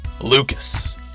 Lucas